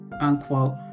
unquote